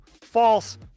false